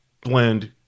blend